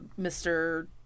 Mr